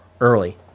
early